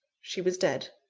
she was dead.